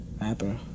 Rapper